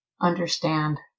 understand